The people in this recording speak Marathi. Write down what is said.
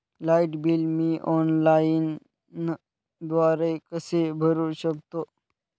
लाईट बिल मी ऑनलाईनद्वारे कसे भरु शकतो?